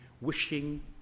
wishing